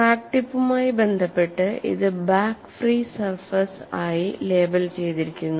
crack ടിപ്പുമായി ബന്ധപ്പെട്ട് ഇത് ബാക്ക് ഫ്രീ സർഫേസ് ആയി ലേബൽ ചെയ്തിരിക്കുന്നു